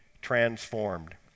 transformed